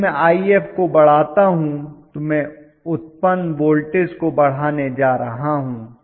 यदि मैं If बढ़ाता हूं तो मैं उत्पन्न वोल्टेज को बढ़ाने जा रहा हूं